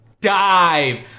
dive